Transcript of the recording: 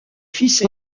fils